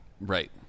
Right